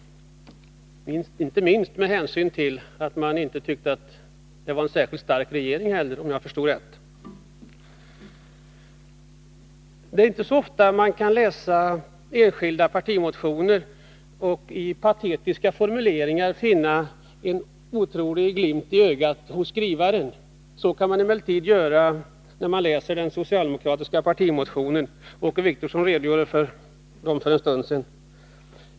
Det gäller inte minst med hänsyn till att socialdemokraterna — om jag förstod rätt — inte heller tyckte att det var en särskilt stark regering. Det är inte ofta man kan läsa enskilda partimotioner och bakom patetiska formuleringar ana en otrolig glimt i ögat hos skrivaren. Det kan man emellertid göra när man läser den socialdemokratiska partimotion som Åke Wictorsson för en stund sedan redogjorde för.